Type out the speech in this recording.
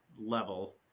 level